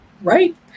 Right